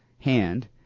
hand